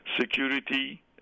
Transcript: security